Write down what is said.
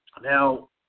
now